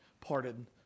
parted